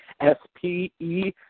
S-P-E